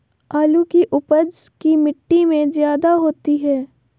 आलु की उपज की मिट्टी में जायदा होती है?